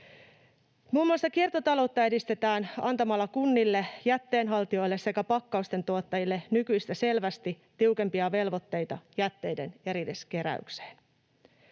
Muun muassa kiertotaloutta edistetään antamalla kunnille, jätteen haltijoille sekä pakkausten tuottajille nykyistä selvästi tiukempia velvoitteita jätteiden erilliskeräykseen.